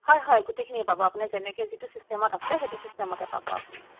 হয় হয় গোটেইখিনিয়েই পাব আপোনাৰ যেনেকৈ যিটো চিষ্টেমত আছে সেইটো চিষ্টেমতে পাব আপুনি